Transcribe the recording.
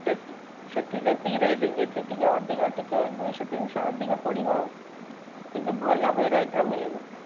ସେଠି ଯେତିକି ରେଟ୍ ଏଠି ଟିକେ ଅଧିକ ଟିକେ ଦୁଇ ଶହ ତିନି ଶହ ଅଧିକ ପଡ଼ିବ ଆଉ କିନ୍ତୁ ଭଲ ଭେରାଇଟିର ମିଳିବ